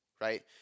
right